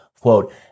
quote